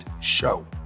show